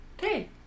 hey